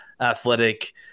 athletic